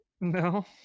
No